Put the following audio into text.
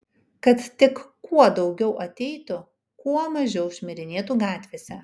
kad tik kuo daugiau ateitų kuo mažiau šmirinėtų gatvėse